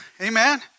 Amen